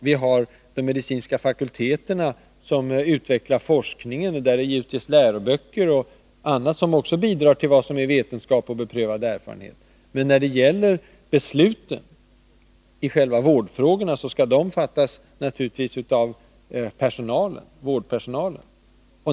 Vi har de medicinska fakulteterna som utvecklar forskningen, och vi har läroböcker och annat som också bidrar till att ange vad som är vetenskap och beprövad erfarenhet. Men besluten i själva vårdfrågorna skall givetvis fattas av vårdpersonalen.